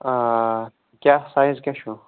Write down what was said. آ کیٛاہ سایِز کیٛاہ چھُ